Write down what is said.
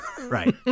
right